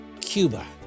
Cuba